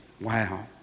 Wow